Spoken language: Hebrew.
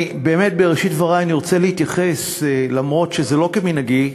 המציעים נמצאים פה.